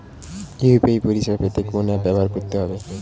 UPI পরিসেবা পেতে কোন অ্যাপ ব্যবহার করতে হবে?